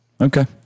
Okay